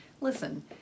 Listen